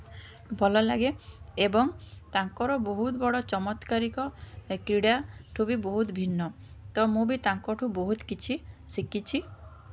ଭଲ ଲାଗେ ଏବଂ ତାଙ୍କର ବହୁତ୍ ବଡ଼ ଚମତ୍କାରିକ କ୍ରୀଡ଼ାଠୁ ବି ବହୁତ୍ ଭିନ୍ନ ତ ମୁଁ ବି ତାଙ୍କଠୁ ବହୁତ୍ କିଛି ଶିଖିଛି